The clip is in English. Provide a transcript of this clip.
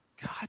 God